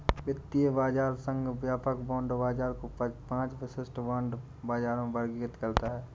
वित्तीय बाजार संघ व्यापक बांड बाजार को पांच विशिष्ट बांड बाजारों में वर्गीकृत करता है